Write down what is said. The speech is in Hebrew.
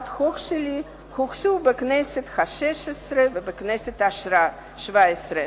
שלי הוגשו בכנסת השש-עשרה ובכנסת השבע-עשרה.